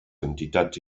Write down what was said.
entitats